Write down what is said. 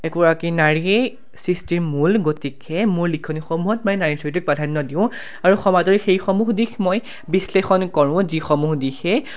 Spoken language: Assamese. একোগৰাকী নাৰীয়ে সৃষ্টিৰ মূল গতিকে মোৰ লিখনিসমূহত মই নাৰী চৰিত্ৰক প্ৰাধান্য দিওঁ আৰু সমাজৰ সেইসমূহ দিশ মই বিশ্লেষণ কৰোঁ যিসমূহ দিশে